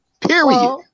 period